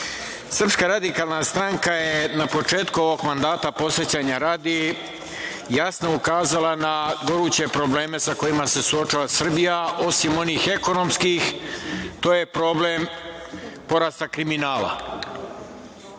poslanici, SRS je na početku ovog mandata, podsećanja radi, jasno ukazala na goruće probleme sa kojima se suočava Srbija. Osim onih ekonomskih, to je problem porasta kriminala. Očekivali